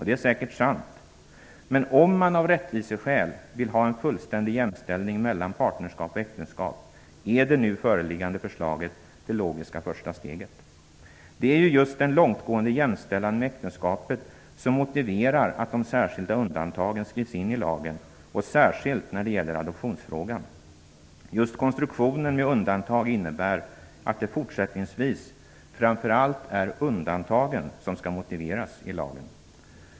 Det är säkert sant, men om man av rättviseskäl vill ha en fullständig jämställning mellan partnerskap och äktenskap är det nu liggande förslaget det logiska första steget. Det är ju just den långtgående jämställan med äktenskapet som motiverar att de särskilda undantagen skrivs in i lagen -- särskilt när det gäller adoptionsfrågan. Just konstruktionen med undantag innebär att det fortsättningsvis framför allt är undantagen som skall motiveras i lagen.